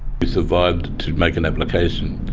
but survived to make an application.